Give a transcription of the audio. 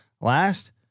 Last